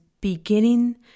beginning